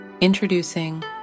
Introducing